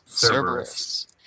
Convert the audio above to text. Cerberus